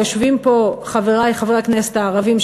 יושבים פה חברי חברי הכנסת הערבים,